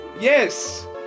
Yes